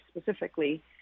specifically